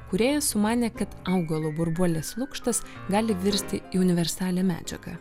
kūrėjas sumanė kad augalo burbuolės lukštas gali virsti į universalią medžiagą